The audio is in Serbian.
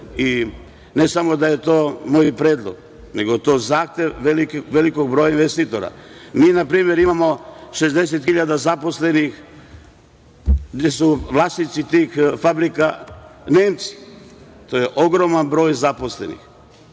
i ne samo da je to moj predlog, nego je to zahtev velikog broja investitora. Mi npr. imamo 60 hiljada zaposlenih, gde su vlasnici tih fabrika Nemci. To je ogroman broj zaposlenih.